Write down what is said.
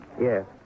Yes